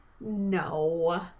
No